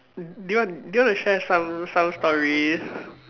do you want do you want to share some some stories